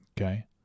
Okay